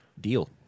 deal